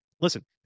listen